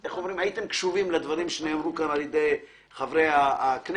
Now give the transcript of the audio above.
הייתם קשובים לדברים שנאמרו כאן על ידי חברי הכנסת,